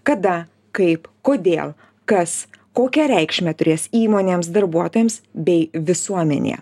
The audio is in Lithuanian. kada kaip kodėl kas kokią reikšmę turės įmonėms darbuotojams bei visuomenėje